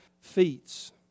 feats